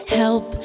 help